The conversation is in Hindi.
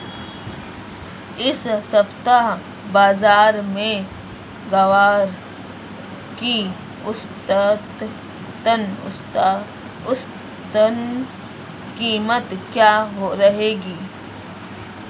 इस सप्ताह बाज़ार में ग्वार की औसतन कीमत क्या रहेगी?